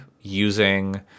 using